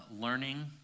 learning